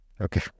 Okay